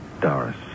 Doris